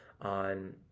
on